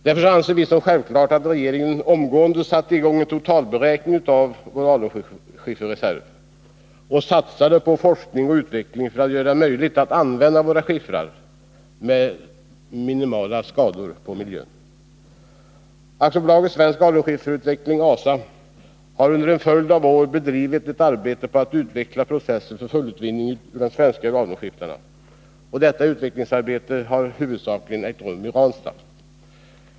Därför anser vi det vara självklart att regeringen omgående sätter i gång en totalberäkning när det gäller vår alunskifferreserv och satsar på forskning och utveckling för att göra det möjligt att med minimala skador på miljön använda våra skiffrar. AB Svensk Alunskifferutveckling, ASA, har under en följd av år bedrivit ett arbete i syfte att utveckla processer för fullutvinning ur de svenska alunskiffrarna. Detta utvecklingsarbete har huvudsakligen ägt rum i Ranstad.